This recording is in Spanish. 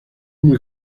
muy